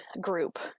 group